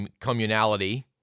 communality